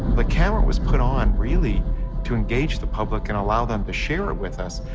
the camera was put on really to engage the public and allow them to share it with us.